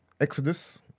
Exodus